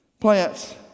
plants